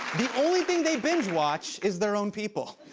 the only thing they binge watch is their own people.